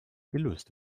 gelöst